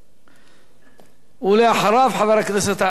ואחריו, חבר הכנסת טלב אלסאנע.